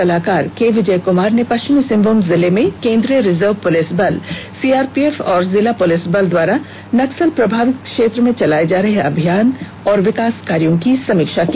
भारत सरकार के वरीय सुरक्षा सलाहकार के विजय कुमार ने पश्चिमी सिंहभूम जिले में केन्द्रिय रिजर्व पुलिस बल सीआरपीएफ और जिला पुलिस बल द्वारा नक्सल प्रभावित क्षेत्र में चलाए जा रहे अभियान एवं विंकास कार्यों की समीक्षा की